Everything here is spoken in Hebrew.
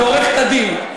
זה עורכת-הדין.